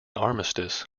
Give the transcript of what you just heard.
armistice